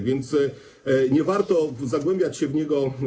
A więc nie warto zagłębiać się w niego.